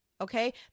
okay